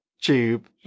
tube